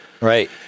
right